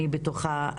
אני בטוחה,